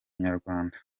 inyarwanda